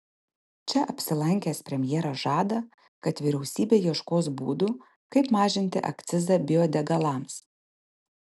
čia apsilankęs premjeras žada kad vyriausybė ieškos būdų kaip mažinti akcizą biodegalams